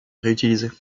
réutilisées